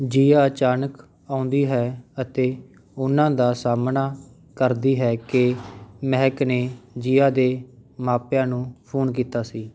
ਜੀਆ ਅਚਾਨਕ ਆਉਂਦੀ ਹੈ ਅਤੇ ਉਨ੍ਹਾਂ ਦਾ ਸਾਹਮਣਾ ਕਰਦੀ ਹੈ ਕਿ ਮਹਿਕ ਨੇ ਜੀਆ ਦੇ ਮਾਪਿਆਂ ਨੂੰ ਫੋਨ ਕੀਤਾ ਸੀ